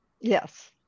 Yes